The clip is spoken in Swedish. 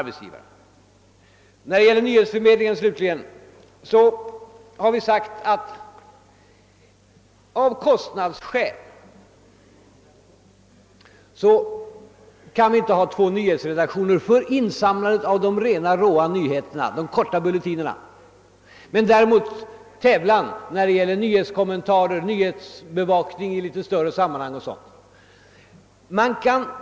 Beträffande nyhetsförmedlingen har vi sagt att vi av kostnadsskäl inte kan ha två nyhetsredaktioner för insamlande av de rena nyheterna, de korta bulletinerna, men däremot skall tävlan förekomma i fråga om nyhetskommentarer, nyhetsbevakning i större sammanhang etc.